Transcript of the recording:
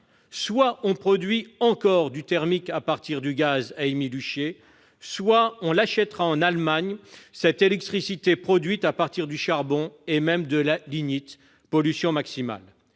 Soit on produit encore du thermique à partir du gaz à Émile-Huchet, soit on achètera en Allemagne de l'électricité produite à partir de charbon et, même, de lignite, ce qui